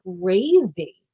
crazy